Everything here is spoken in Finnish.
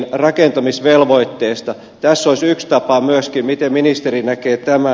tässä olisi yksi tapa myöskin miten ministeri näkee tämän